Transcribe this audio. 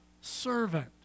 servant